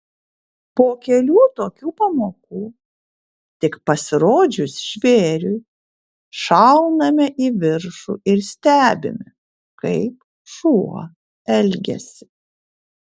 po kelių tokių pamokų tik pasirodžius žvėriui šauname į viršų ir stebime kaip šuo elgiasi